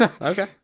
Okay